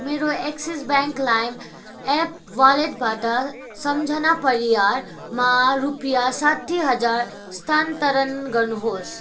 मेरो Axis bank Lime app वालेटबाट सम्झना परियारमा रुपियाँ साठी हजार स्थानान्तरण गर्नुहोस्